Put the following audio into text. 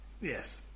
Yes